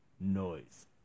noise